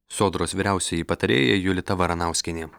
sodros vyriausioji patarėja julita varanauskienė